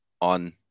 on